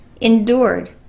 endured